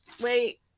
wait